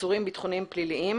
עצורים ביטחוניים ופליליים,